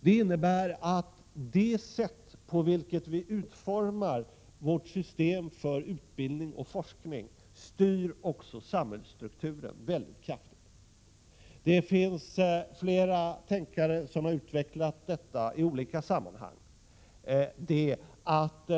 Det innebär att det sätt på vilket vi utformar vårt system för utbildning och forskning styr också samhällsstrukturen mycket kraftigt. Flera tänkare har i olika sammanhang utvecklat detta att